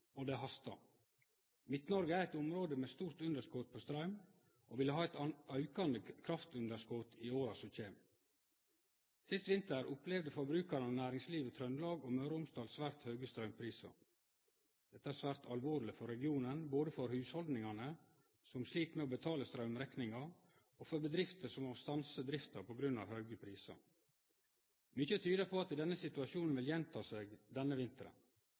det hastar. Midt-Noreg er eit område med stort underskot på straum, og som vil ha eit aukande kraftunderskot i åra som kjem. Sist vinter opplevde forbrukarar og næringsliv i Trøndelag og Møre og Romsdal svært høge straumprisar. Dette er svært alvorleg for regionen, både for hushaldningane som slit med å betale straumrekninga, og for bedrifter som må stanse drifta på grunn av høge prisar. Mykje tydar på at denne situasjonen vil gjenta seg denne